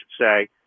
say